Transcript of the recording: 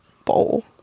bowl